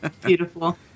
Beautiful